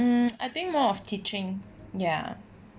um I think more of teaching ya